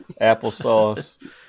Applesauce